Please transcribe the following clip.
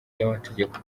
y’amategeko